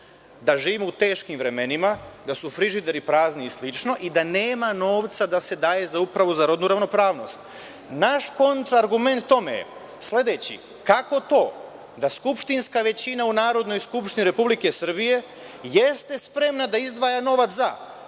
da živimo u teškim vremenima, da su frižideri prazni i slično i da nema novca da se daje za Upravu za rodnu ravnopravnost. Naš kontraargument tome je sledeći: kako to da skupštinska većina u Narodnoj skupštini Republike Srbije jeste spremna da izdvaja novac za